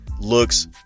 looks